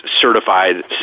certified